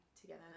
together